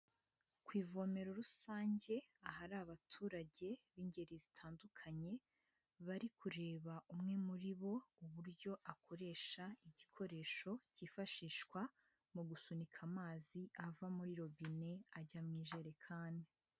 Ku ivomero rusange ahari abaturage b'ingeri zitandukanye bari kureba umwe muri bo uburyo akoresha igikoresho cyifashishwa mu gusunika amazi ava muri robine ajya mu ijerekani.